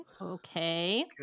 Okay